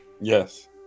Yes